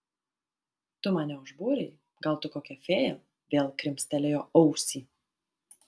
tu mane užbūrei gal tu kokia fėja vėl krimstelėjo ausį